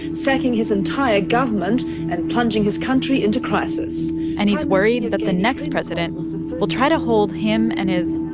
sacking his entire government and plunging his country into crisis and he's worried that the next president will will try to hold him and his,